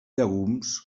llegums